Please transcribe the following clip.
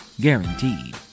Guaranteed